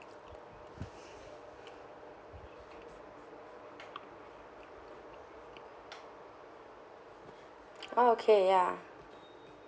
oh okay ya